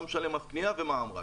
אתה משלם רק מס קנייה ומע"מ.